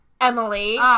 Emily